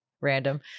random